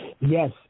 Yes